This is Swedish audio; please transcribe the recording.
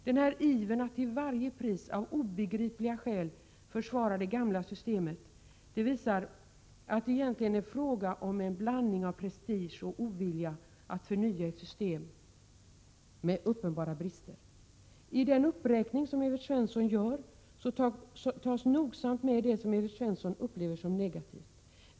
Den här ivern att till varje pris, av obegripliga skäl, försvara det gamla systemet, visar att det egentligen är fråga om en blandning av prestige och ovilja att förnya ett system med uppenbara brister. I den uppräkning som Evert Svensson gör tas nogsamt med det som Evert Svensson upplever som negativt.